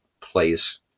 plays